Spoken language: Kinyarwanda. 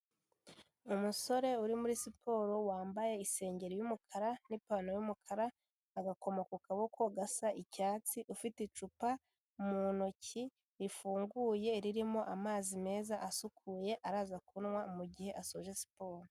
Umusore uri muri siporo wambaye isengeri y'umukara, n'ipantaro y'umukara, agakoma ku kaboko gasa icyatsi, ufite icupa mu ntoki rifunguye ririmo amazi meza asukuye araza kunywa mu gihe asoje siporo.